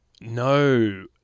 No